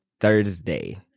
Thursday